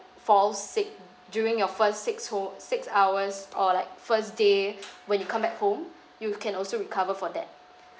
fall sick during your first six who~ six hours or like first day when you come back home you can also recover for that